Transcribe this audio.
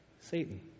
Satan